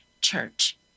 Church